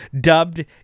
dubbed